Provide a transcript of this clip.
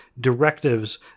directives